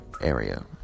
area